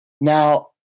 Now